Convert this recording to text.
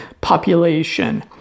population